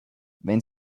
wenn